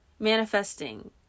Manifesting